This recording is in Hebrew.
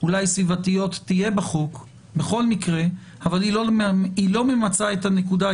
ואולי "סביבתיות" תהיה בחוק בכל מקרה אבל היא לא ממצה את הנקודה.